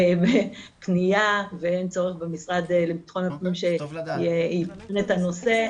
בפנייה ואין צורך במשרד לביטחון הפנים להזכיר את הנושא,